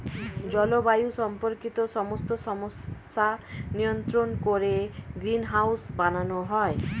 জলবায়ু সম্পর্কিত সমস্ত সমস্যা নিয়ন্ত্রণ করে গ্রিনহাউস বানানো হয়